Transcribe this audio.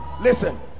Listen